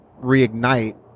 reignite